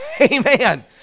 Amen